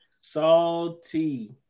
Salty